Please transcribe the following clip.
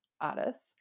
artists